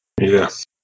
Yes